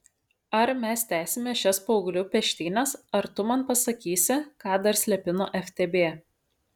ar mes tęsime šias paauglių peštynes ar tu man pasakysi ką dar slepi nuo ftb